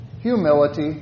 humility